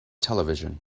television